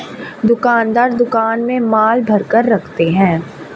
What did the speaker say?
दुकानदार दुकान में माल भरकर रखते है